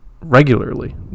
regularly